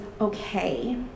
okay